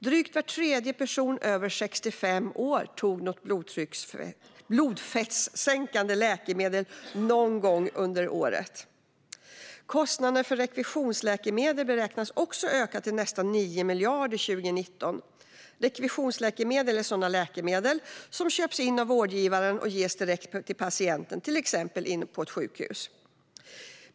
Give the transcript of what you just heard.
Drygt var tredje person över 65 år tog något blodfettssänkande läkemedel någon gång under året. Kostnaderna för rekvisitionsläkemedel beräknas också öka, till nästan 9 miljarder 2019. Rekvisitionsläkemedel är sådana läkemedel som köps in av vårdgivaren och ges direkt till patienten till exempel inne på ett sjukhus.